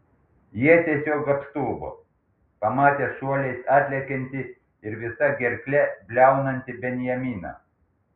jie tiesiog apstulbo pamatę šuoliais atlekiantį ir visa gerkle bliaunantį benjaminą